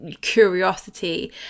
curiosity